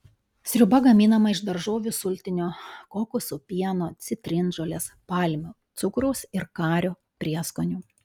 sriuba gaminama iš daržovių sultinio kokosų pieno citrinžolės palmių cukraus ir kario prieskonių